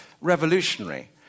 revolutionary